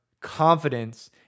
confidence